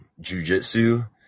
jujitsu